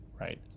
Right